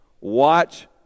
Watch